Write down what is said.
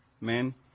men